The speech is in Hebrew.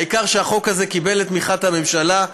העיקר שהחוק הזה קיבל את תמיכת הממשלה,